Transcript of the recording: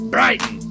Brighton